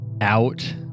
out